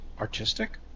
artistic